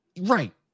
Right